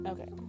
Okay